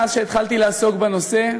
מאז התחלתי לעסוק בנושא,